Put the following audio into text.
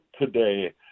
today